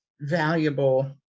valuable